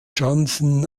johnson